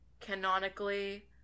canonically